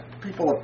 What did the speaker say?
people